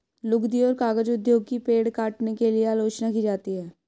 लुगदी और कागज उद्योग की पेड़ काटने के लिए आलोचना की जाती है